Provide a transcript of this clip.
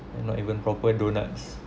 and not even proper donuts